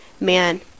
man